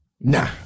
Nah